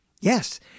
Yes